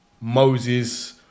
Moses